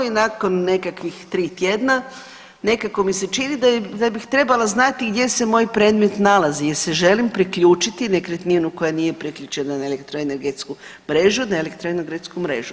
I nakon nekakvih tri tjedna nekako mi se čini da bih trebala znati gdje se moj predmet nalazi, jer si želim priključiti nekretninu koja nije priključena na elektroenergetsku mrežu na elektroenergetsku mrežu.